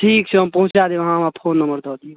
ठीक छै हम पहुँचा देब अहाँ हमरा फोन नम्बर दऽ दिअ